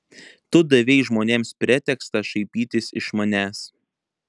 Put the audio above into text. tu davei žmonėms pretekstą šaipytis iš manęs